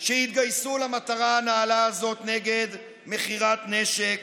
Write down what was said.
שהתגייסו למטרה הנעלה הזאת נגד מכירת נשק